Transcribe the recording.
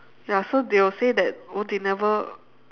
ya so they will say that oh they never